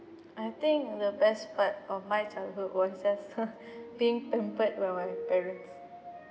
I think the best part of my childhood was just being pampered by my parents